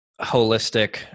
holistic